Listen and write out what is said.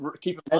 keep